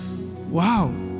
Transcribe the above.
wow